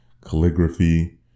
calligraphy